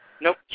Nope